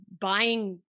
buying